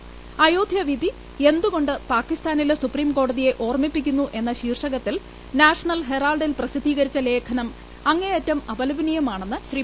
അയോധ്യ വിധി എന്തുകൊ ് പാകിസ്ഥാനിലെ സുപ്രീം കോടതിയെ ഓർമ്മിപ്പിക്കുന്നു എന്ന് ശീർഷകത്തിൽ നാഷണൽ ഹെറാൾഡിൽ പ്രസിദ്ധീകരിച്ച ലേഖനം അങ്ങേയറ്റും അപലപനീയമാണെന്ന് ശ്രീ